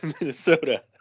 Minnesota